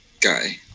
guy